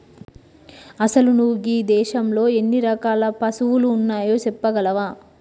అసలు నువు గీ దేసంలో ఎన్ని రకాల పసువులు ఉన్నాయో సెప్పగలవా